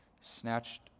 snatched